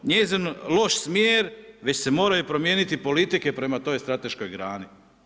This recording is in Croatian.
Njezin loš smjer, već se moraju promijeniti politike prema toj strateškoj grani.